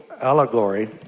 allegory